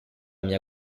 mia